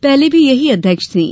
पहले भी यही अध्यक्ष थीं